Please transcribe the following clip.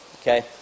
Okay